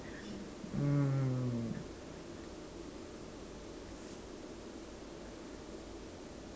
mm